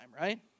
right